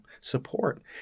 support